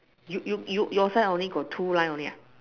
you you you your side only got two line only ah